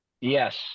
yes